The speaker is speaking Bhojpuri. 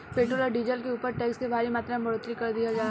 पेट्रोल आ डीजल के ऊपर टैक्स के भारी मात्रा में बढ़ोतरी कर दीहल बा